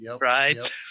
Right